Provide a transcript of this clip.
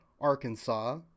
Arkansas